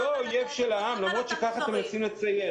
אני לא אויב של העם למרות שככה אתם מנסים לצייר.